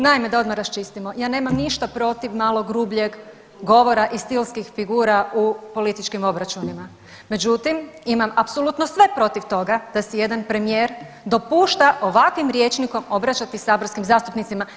Naime, da odmah raščistimo, ja nemam ništa protiv malo grubljeg govora i stilskih figura u političkim obračunima, međutim imam apsolutno sve protiv toga da si jedan premijer dopušta ovakvim rječnikom obraćati saborskim zastupnicima.